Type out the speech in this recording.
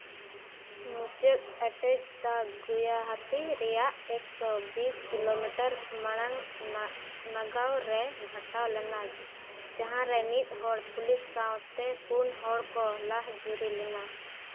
ᱢᱩᱪᱟᱹᱫ ᱮᱴᱮᱡᱽᱫᱟ ᱜᱩᱭᱟᱦᱟᱹᱴᱤ ᱨᱮᱭᱟᱜ ᱮᱠᱥᱚ ᱵᱤᱥ ᱠᱤᱞᱳᱢᱤᱴᱟᱨ ᱢᱟᱲᱟᱝ ᱱᱟᱜᱟᱣ ᱨᱮ ᱜᱷᱚᱴᱟᱣ ᱞᱮᱱᱟ ᱡᱟᱦᱟᱸ ᱨᱮ ᱢᱤᱫ ᱦᱚᱲ ᱯᱩᱞᱤᱥ ᱥᱟᱶ ᱛᱮ ᱯᱩᱱ ᱦᱚᱲ ᱠᱚ ᱞᱟᱸᱦ ᱡᱩᱨᱤ ᱞᱮᱱᱟ